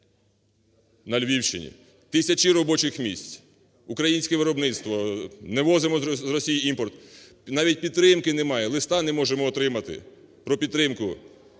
на Львівщині тисячі робочих місць, українське виробництво, не возимо з Росії імпорт, навіть підтримки немає, листа не можемо отримати про підтримку.